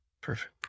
Perfect